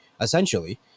essentially